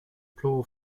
plural